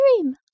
dream